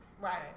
right